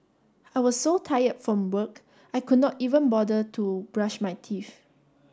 I was so tired from work I could not even bother to brush my teeth